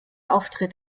auftritt